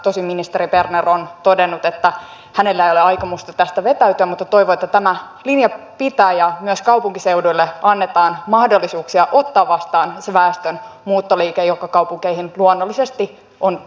tosin ministeri berner on todennut että hänellä ei ole aikomusta tästä vetäytyä ja toivon että tämä linja pitää ja myös kaupunkiseuduille annetaan mahdollisuuksia ottaa vastaan se väestön muuttoliike joka kaupunkeihin luonnollisesti on tulossa